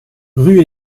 rue